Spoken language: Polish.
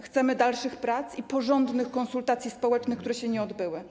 Chcemy dalszych prac i porządnych konsultacji społecznych, które się nie odbyły.